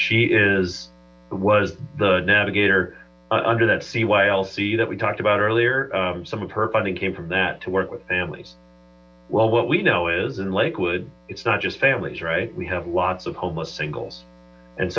she is was the navigator under that seaway lc that we talked about earlier some of her funding came from that to work with families well what we know is in lakewood it's not just families right we have lots of homeless singles and